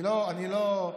אני לא,